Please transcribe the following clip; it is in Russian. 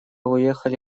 уехали